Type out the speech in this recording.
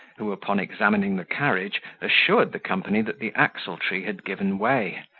who, upon examining the carriage, assured the company that the axle-tree had given way,